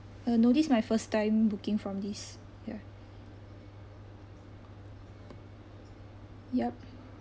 uh no this my first time booking from this ya yup